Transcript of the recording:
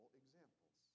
examples